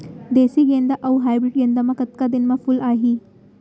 देसी गेंदा अऊ हाइब्रिड गेंदा म कतका दिन म फूल आही?